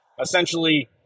essentially